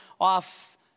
off